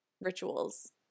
rituals